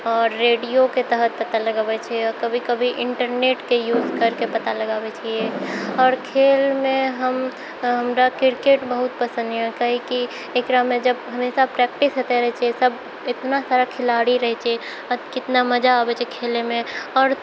आओर रेडियोके तहत पता लगाबैत छियै आओर कभी कभी इन्टरनेटके यूज कैरिके पता लगाबैत छियै आओर खेलमे हम हमरा क्रिकेट बहुत पसन्द यऽ काहेकि एकरामे जब हमेशा प्रैक्टिस होइते रहैत छै तब इतना सारा खिलाड़ी रहैत छै कितना मजा अबैत छै खेलैमे आओर